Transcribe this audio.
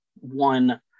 one